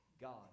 God